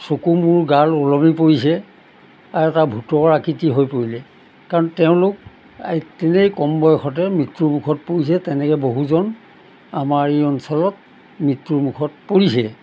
চকু মূৰ গাল ওলমি পৰিছে আৰু এটা ভূতৰ আকৃতি হৈ পৰিলে কাৰণ তেওঁলোক তেনেই কম বয়সতে মৃত্যুৰ মুখত পৰিছে তেনেকৈ বহুজন আমাৰ এই অঞ্চলত মৃত্যুৰ মুখত পৰিছে